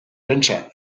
pentsa